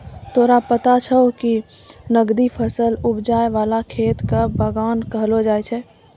तोरा पता छौं कि नकदी फसल उपजाय वाला खेत कॅ बागान कहलो जाय छै